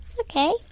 Okay